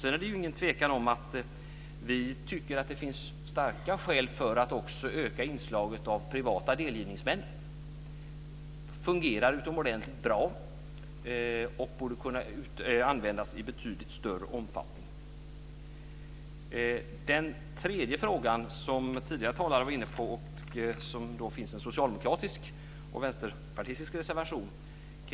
Det är vidare ingen tvekan om att vi tycker att det finns starka skäl för att också öka inslaget av privata delgivningsmän. Det fungerar utomordentligt bra och borde kunna användas i betydligt större omfattning. I en tredje fråga, som tidigare talare varit inne på, finns det en socialdemokratisk och vänsterpartistisk reservation.